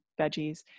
veggies